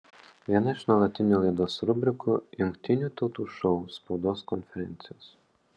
viena iš nuolatinių laidos rubrikų jungtinių tautų šou spaudos konferencijos